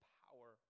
power